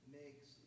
makes